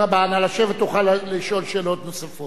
תוכל לשאול שאלות נוספות את השר.